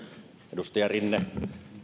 edustaja rinne